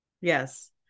Yes